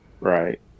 right